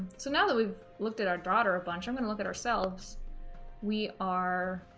so now that we've looked at our daughter a bunch i'm gonna look at ourselves we are